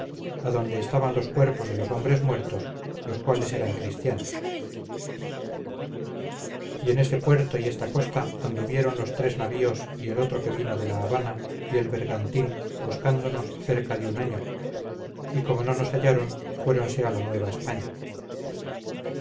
a donde estaban los cuerpos de los hombres muertos los cuales eran cristianos y en este puerto y esta costa anduvieron los tres navíos y el otro que vino de la habana y el bergantín buscándonos cerca de un año y como no nos hallaron fuéronse a la nueva españa